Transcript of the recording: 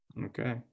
Okay